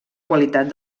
qualitat